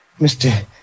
Mr